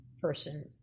person